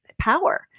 power